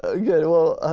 ah good, well,